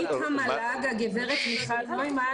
הגברת מיכל נוימן